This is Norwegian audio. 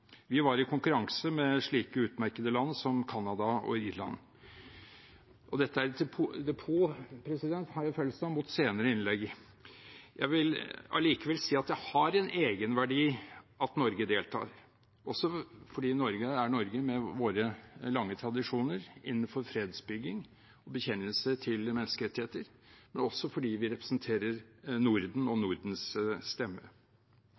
Vi var i konkurranse med slike utmerkede land, som Canada og Irland. Og dette er depot, har jeg følelsen av, mot senere innlegg. Jeg vil likevel si at det har en egenverdi at Norge deltar, fordi Norge er Norge, med våre lange tradisjoner innenfor fredsbygging og bekjennelse til menneskerettigheter, men også fordi vi representerer Norden og er Nordens stemme.